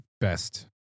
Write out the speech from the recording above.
best